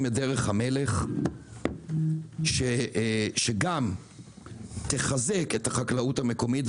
את דרך המלך שגם תחזק את החקלאות המקומית,